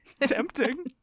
Tempting